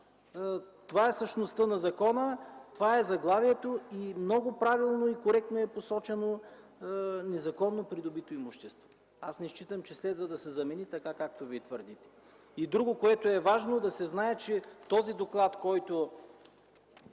Това е същността на закона, това е заглавието и много коректно и правилно е посочено „незаконно придобито имущество”. Аз не считам, че следва да се замени, както Вие твърдите. И друго, което е важно да се знае, е, че този доклад, който